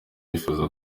yifuza